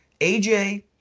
AJ